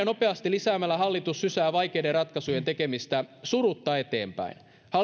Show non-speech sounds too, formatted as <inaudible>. <unintelligible> nopeasti lisäämällä hallitus sysää vaikeiden ratkaisujen tekemistä surutta eteenpäin hallitus on itse